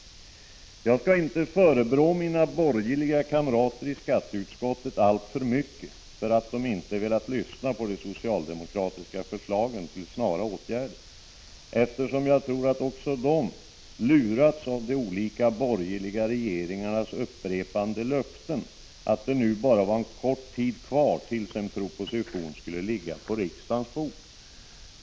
Jag skall inte förebrå mina borgerliga kamrater i skatteutskottet alltför mycket för att de inte velat lyssna på de socialdemokratiska förslagen till snara åtgärder, eftersom jag tror att också de har lurats av de olika borgerliga regeringarnas upprepade löften, att det nu var bara en kort tid kvar tills en proposition skulle ligga på riksdagens bord.